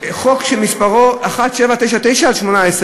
חוק שמספרו 1799/18,